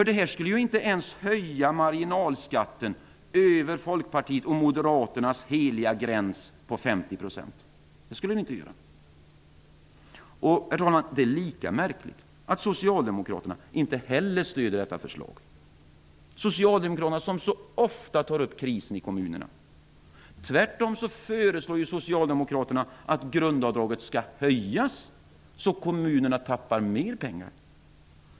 Det här skulle ju inte ens innebära en höjning av marginalskatten över Lika märkligt är det att inte heller Socialdemokraterna stöder detta förslag. De tar ju ofta upp frågan om krisen ute i kommunerna. Tvärtom föreslår Socialdemokraterna en höjning av grundavdraget, och därmed tappar kommunerna ännu mera pengar.